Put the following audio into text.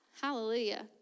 Hallelujah